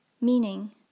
meaning